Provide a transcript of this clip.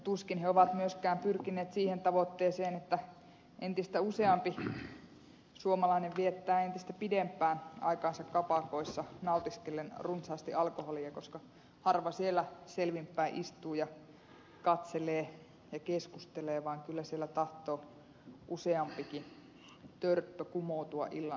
tuskin he ovat myöskään pyrkineet siihen tavoitteeseen että entistä useampi suomalainen viettää entistä pidempään aikaansa kapakoissa nautiskellen runsaasti alkoholia koska harva siellä selvin päin istuu ja katselee ja keskustelee vaan kyllä siellä tahtoo useampikin törppö kumoutua illan aikana